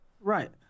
Right